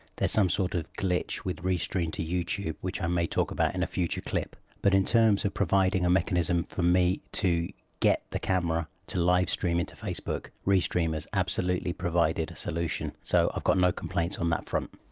there's some sort of glitch with restream to youtube which i may talk about in a future clip. but, in terms of providing a mechanism for me to get the camera to live stream into facebook, restream has absolutely provided a solution. so i've got no complaints on that front.